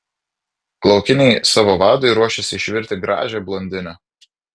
laukiniai savo vadui ruošiasi išvirti gražią blondinę